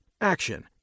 action